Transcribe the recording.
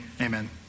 Amen